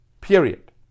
Period